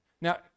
now